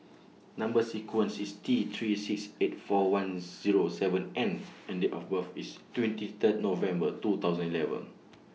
Number sequence IS T three six eight four one Zero seven N and Date of birth IS twenty Third November two thousand eleven